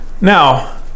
Now